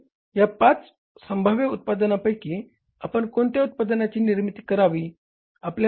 म्हणून या पाच संभाव्य उत्पादनांपैकी आपण कोणत्या उत्पादनाची निर्मिती करावी